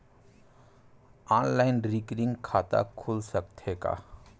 Online recurring खाता खुल सकथे का?